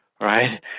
right